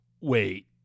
Wait